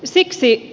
syiksi